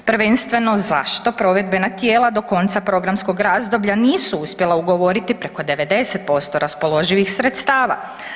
Prvenstveno zašto provedbena tijela do konca programskog razdoblja nisu uspjela ugovoriti preko 90% raspoloživih sredstava?